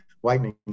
whitening